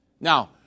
Now